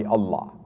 Allah